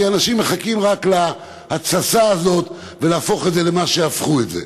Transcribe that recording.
כי אנשים מחכים רק להתססה הזאת ולהפוך את זה למה שהפכו את זה.